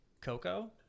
Coco